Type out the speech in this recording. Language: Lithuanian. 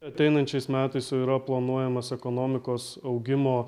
ateinančiais metais jau yra planuojamas ekonomikos augimo